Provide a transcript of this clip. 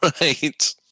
Right